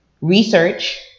research